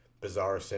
bizarre